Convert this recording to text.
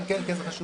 כן, זה חשוב.